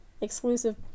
exclusive